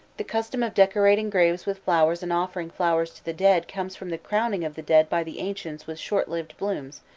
the custom of decorating graves with flowers and offering flowers to the dead comes from the crowning of the dead by the ancients with short-lived blooms,